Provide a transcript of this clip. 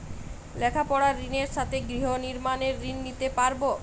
লেখাপড়ার ঋণের সাথে গৃহ নির্মাণের ঋণ নিতে পারব?